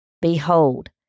Behold